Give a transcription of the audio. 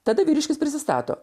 tada vyriškis prisistato